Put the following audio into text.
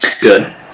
Good